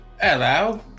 Hello